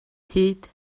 hyd